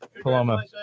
Paloma